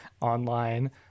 online